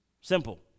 Simple